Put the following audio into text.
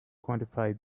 quantify